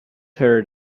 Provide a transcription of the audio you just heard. heard